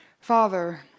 Father